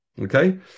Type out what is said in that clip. Okay